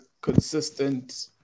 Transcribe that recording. Consistent